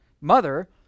mother